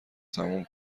تمام